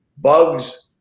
bugs